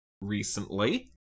recently